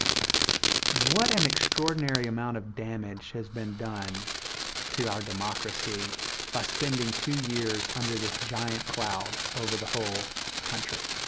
what an extraordinary amount of damage has been done to our democracy by spending two years under this giant cloud over the whole country.